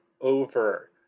over